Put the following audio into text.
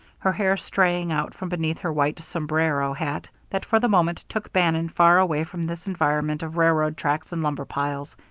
her hair straying out from beneath her white sombrero hat, that for the moment took bannon far away from this environment of railroad tracks and lumber piles.